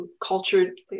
cultured